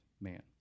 man